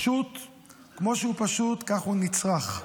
כמו שהוא פשוט, ככה הוא נצרך.